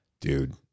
dude